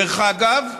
דרך אגב,